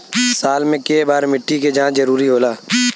साल में केय बार मिट्टी के जाँच जरूरी होला?